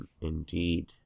Indeed